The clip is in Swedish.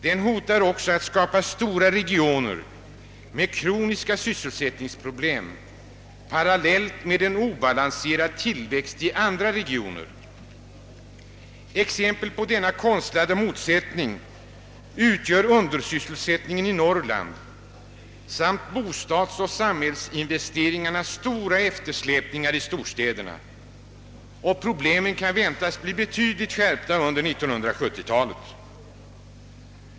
Den hotar också att skapa stora regioner med kroniska sysselsättningsproblem, parallellt med en obalanserad tillväxt i andra regioner. Exempel på denna konstlade motsättning utgör undersysselsättningen i Norrland samt bostadsoch samhällsinvesteringarnas stora eftersläpningar i storstäderna. Problemen kan väntas bli betydligt skärpta under 1970-talet.